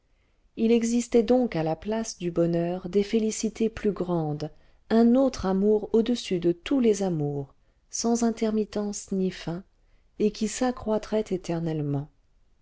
il existait donc à la place du bonheur des félicités plus grandes un autre amour au-dessus de tous les amours sans intermittence ni fin et qui s'accroîtrait éternellement